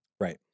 Right